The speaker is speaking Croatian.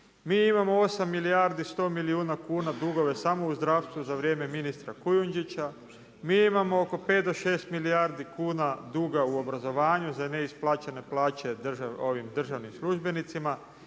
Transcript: Mi imamo 8 milijardi 100 milijuna kuna dugove samo u zdravstvu za vrijeme ministra Kujundžića. Mi imamo oko 5 do 6 milijardi kuna duga u obrazovanju za neisplaćene plaće državnim službenicima.